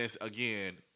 again